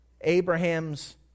Abraham's